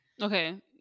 okay